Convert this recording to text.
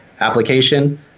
Application